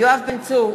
יואב בן צור,